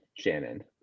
shannon